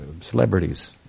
celebrities